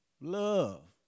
love